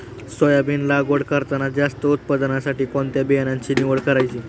Soybean लागवड करताना जास्त उत्पादनासाठी कोणत्या बियाण्याची निवड करायची?